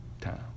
Time